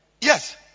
Yes